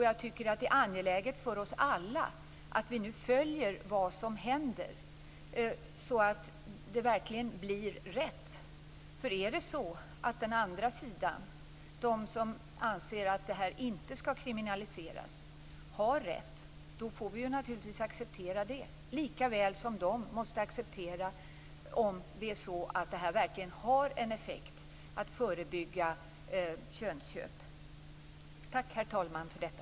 Jag tycker att det är angeläget för oss alla att vi nu följer vad som händer, så att det verkligen blir rätt. Om det är så att de på den andra sidan - de som anser att detta inte skall kriminaliseras - har rätt får vi naturligtvis acceptera det, lika väl som de måste acceptera om det är så att detta verkligen har en effekt för att förebygga könsköp. Tack, herr talman, för detta!